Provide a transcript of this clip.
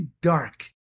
dark